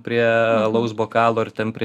prie alaus bokalo ar ten prie